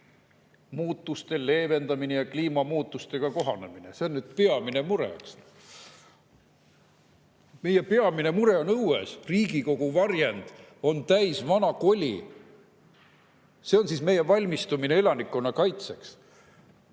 Kliimamuutuste leevendamine ja kliimamuutustega kohanemine on nüüd peamine mure. Meie peamine mure on õues. Riigikogu varjend on täis vana koli. See on siis meie valmistumine elanikkonna kaitseks.